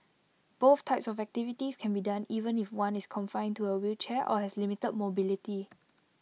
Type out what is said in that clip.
both types of activities can be done even if one is confined to A wheelchair or has limited mobility